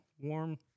warm